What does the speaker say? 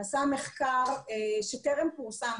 נעשה מחקר שטרם פורסם,